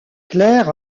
claire